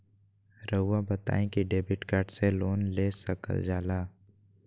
रहुआ बताइं कि डेबिट कार्ड से लोन ले सकल जाला?